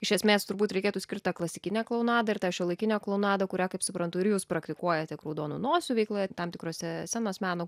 iš esmės turbūt reikėtų skirt tą klasikinę klounadą ir tą šiuolaikinę klounadą kurią kaip suprantu ir jūs praktikuojat tiek raudonų nosių veikloje tam tikrose scenos meno